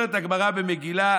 אומרת הגמרא במגילה,